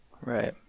Right